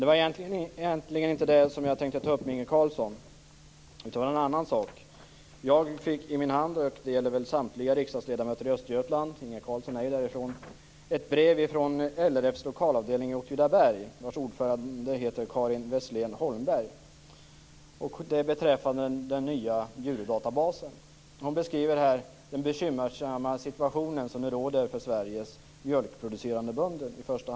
Det var egentligen inte detta jag tänkte ta upp med Inge Carlsson utan en annan sak. Jag fick i min hand - det gäller väl samtliga riksdagsledamöter i Östergötland, och Inge Carlsson är ju därifrån - ett brev från LRF:s lokalavdelning i Åtvidaberg, vars ordförande heter Karin Wesslén Holmberg. Det handlade om den nya djurdatabasen. Hon beskriver den bekymmersamma situation som råder för i första hand Sveriges mjölkproducerande bönder.